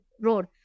road